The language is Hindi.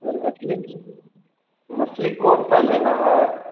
मछली मछली कौन सा लेना है